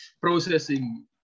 processing